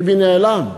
ביבי נעלם.